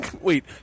wait